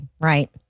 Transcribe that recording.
right